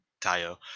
Tayo